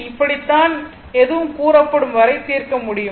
இப்படித்தான் எதுவும் கூறப்படும் வரை தீர்க்க முடியும்